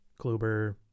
kluber